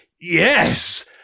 yes